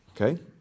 Okay